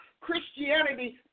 Christianity